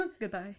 Goodbye